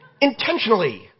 intentionally